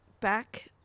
back